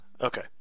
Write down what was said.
Okay